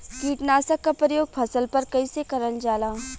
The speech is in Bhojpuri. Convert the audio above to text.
कीटनाशक क प्रयोग फसल पर कइसे करल जाला?